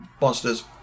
monsters